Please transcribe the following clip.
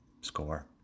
score